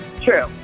True